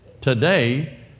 today